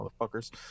motherfuckers